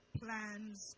plans